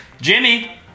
Jimmy